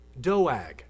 Doag